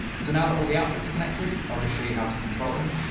so now that all the outputs are connected, i'll just show you how to control them.